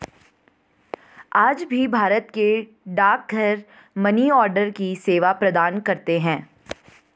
आज भी भारत के डाकघर मनीआर्डर की सेवा प्रदान करते है